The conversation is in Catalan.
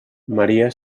maria